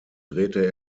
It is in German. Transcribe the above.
drehte